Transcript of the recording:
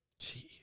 Jeez